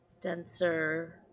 denser